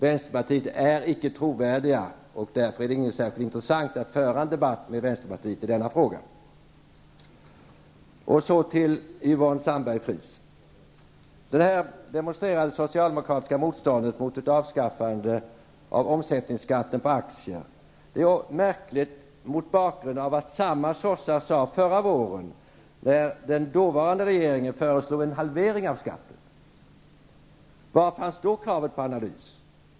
Vänsterpartiet är inte trovärdigt, och därför är det inte särskilt intressant att föra en debatt med vänsterpartiet i denna fråga. Yvonne Sandberg-Fries demonstrerade ett socialdemokratiskt motstånd mot ett avskaffande av omsättningsskatten på aktier. Det är märkligt mot bakgrund av vad samma sossar sade förra våren när den dåvarande regeringen föreslog en halvering av skatten. Var fanns då kravet på analys?